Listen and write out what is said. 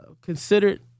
considered